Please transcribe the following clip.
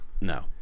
No